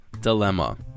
dilemma